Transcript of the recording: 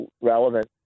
relevant